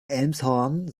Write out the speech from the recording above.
elmshorn